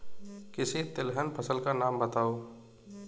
किसी तिलहन फसल का नाम बताओ